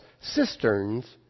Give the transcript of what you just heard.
cisterns